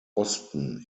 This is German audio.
osten